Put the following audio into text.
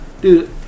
dude